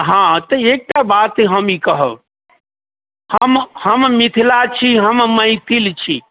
हँ तऽ एकटा बात हम ई कहब हम हम मिथिला छी हम मैथिल छी